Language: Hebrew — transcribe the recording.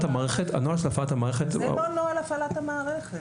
המערכת --- איפה נוהל הפעלת המערכת?